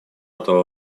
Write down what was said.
этого